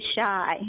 shy